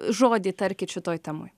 žodį tarkit šitoj temoj